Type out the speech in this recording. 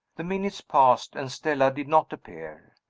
the minutes passed, and stella did not appear.